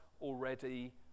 already